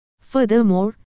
Furthermore